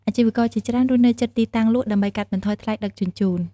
អាជីវករជាច្រើនរស់នៅជិតទីតាំងលក់ ដើម្បីកាត់បន្ថយថ្លៃដឹកជញ្ជូន។